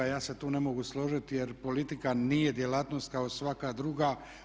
Ja se tu ne mogu složiti jer politika nije djelatnost kao svaka druga.